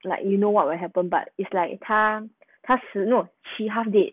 like you know what will happen but it's like 她她死 no she half dead